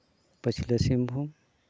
ᱯᱟᱹᱪᱷᱞᱟᱹ ᱥᱤᱝᱵᱷᱩᱢ